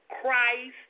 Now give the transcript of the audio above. Christ